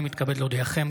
אני מתכבד להודיעכם,